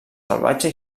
salvatge